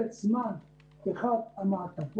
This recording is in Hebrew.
על פי דוח מבקר המדינה 66ג,